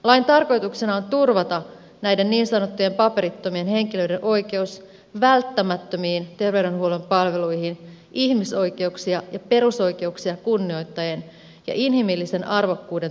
lain tarkoituksena on turvata näiden niin sanottujen paperittomien henkilöiden oikeus välttämättömiin terveydenhuollon palveluihin ihmisoikeuksia ja perusoikeuksia kunnioittaen ja inhimillisen arvokkuuden toteuttamiseksi